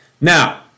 Now